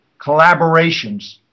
collaborations